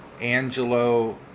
Angelo